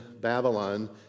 Babylon